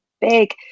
big